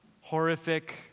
horrific